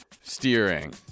steering